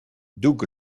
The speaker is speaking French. doug